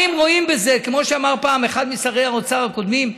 כמו שאמר פעם אחד משרי האוצר הקודמים,